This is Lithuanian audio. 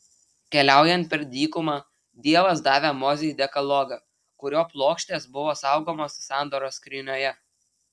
keliaujant per dykumą dievas davė mozei dekalogą kurio plokštės buvo saugomos sandoros skrynioje